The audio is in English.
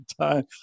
time